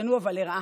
השתנו אבל לרעה,